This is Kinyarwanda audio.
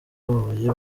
bababaye